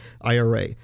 IRA